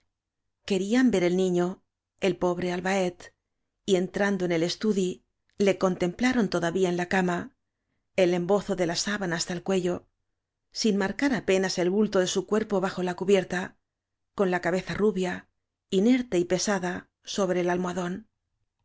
querían ver el niño el pobre albaet y entrando en el estudi le contemplaron todavía en la cama el embozo de la sábana hasta el cuello sin marcar q a apenas el o bulto de su l cuerpo bajo la cubierta con la cabeza rubia inerte y pesada sobre el almohadón